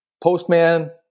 postman